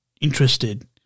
interested